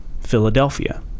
philadelphia